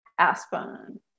Aspen